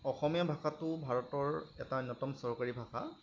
অসমীয়া ভাষাটো ভাৰতৰ এটা অন্যতম চৰকাৰী ভাষা